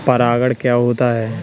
परागण क्या होता है?